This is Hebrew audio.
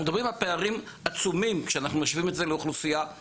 אנחנו מדברים על פערים עצומים כשאנחנו משווים את זה למשל